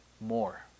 more